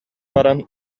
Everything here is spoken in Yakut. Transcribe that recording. баран